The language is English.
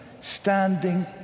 standing